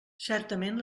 certament